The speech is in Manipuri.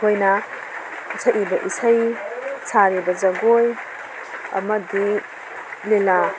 ꯑꯩꯈꯣꯏꯅ ꯁꯛꯏꯕ ꯏꯁꯩ ꯁꯥꯔꯤꯕ ꯖꯒꯣꯏ ꯑꯃꯗꯤ ꯂꯤꯂꯥ